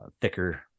thicker